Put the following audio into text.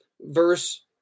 verse